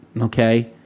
Okay